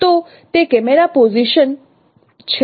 તો તે camera position છે